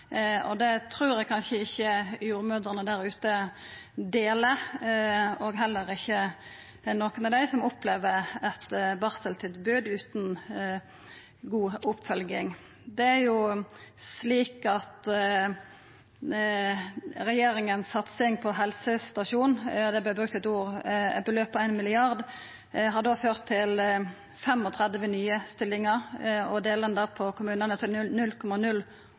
det gjeld jordmortenestene. Det trur eg kanskje ikkje jordmødrene der ute er, og heller ikkje dei som opplever eit barseltilbod utan god oppfølging. Regjeringa si satsing på helsestasjonane – det vart brukt eit beløp på 1 mrd. kr – har ført til 35 nye stillingar, og deler ein det på kommunane,